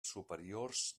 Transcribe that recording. superiors